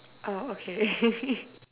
oh okay